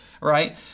right